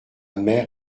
mer